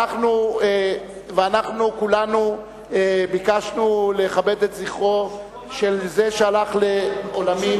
ואנחנו כולנו ביקשנו לכבד את זכרו של זה שהלך לעולמים.